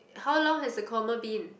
how long has the coma been